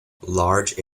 large